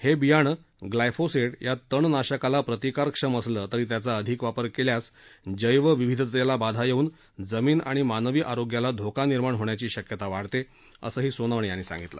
हे बियाणं ग्लायफोसेट या तणनाशकाला प्रतिकारक्षम असलं तरी त्याचा अधिक वापर केल्यास जैवविविधतेला बाधा येऊन जमीन आणि मानवी आरोग्याला धोका निर्माण होण्याची शक्यता वाढते असही सोनवणे यांनी सांगितलं